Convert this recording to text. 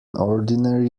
ordinary